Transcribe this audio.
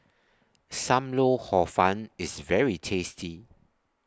SAM Lau Hor Fun IS very tasty